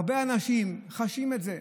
הרבה אנשים חשים את זה,